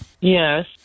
Yes